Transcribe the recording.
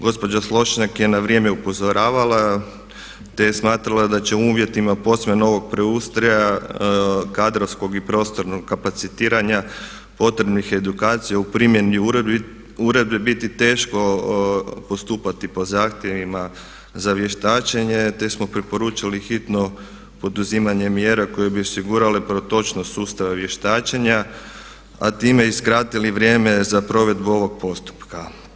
Gospođa Slonjšak je na vrijeme upozoravala, te je smatrala da će u uvjetima posve novog preustroja, kadrovskog i prostornog kapacitiranja, potrebnih edukacija u primjeni uredbi biti teško postupati po zahtjevima za vještačenje, te smo preporučili hitno poduzimanje mjera koje bi osigurale protočnost sustava vještačenja, a time i skratili vrijeme za provedbu ovog postupka.